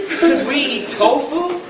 cause we eat tofu?